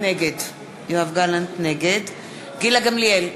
נגד גילה גמליאל,